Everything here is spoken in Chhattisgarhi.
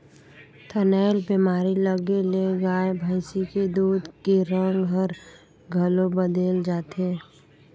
थनैल बेमारी लगे ले गाय भइसी के दूद के रंग हर घलो बदेल जाथे